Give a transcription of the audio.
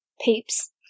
Peeps